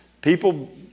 People